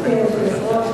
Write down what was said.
היושבת-ראש,